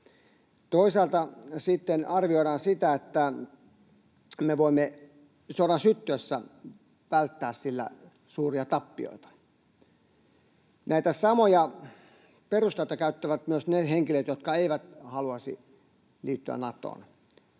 Toisaalta sitten arvioidaan sitä, että me voimme sodan syttyessä välttää sillä suuria tappioita. Näitä samoja perusteita käyttävät myös ne henkilöt, jotka eivät haluaisi liittyä Natoon.